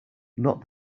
not